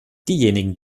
diejenigen